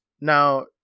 Now